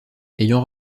ayant